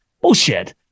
Bullshit